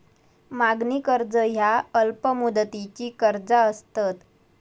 मागणी कर्ज ह्या अल्प मुदतीची कर्जा असतत